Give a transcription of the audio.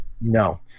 no